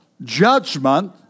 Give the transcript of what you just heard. judgment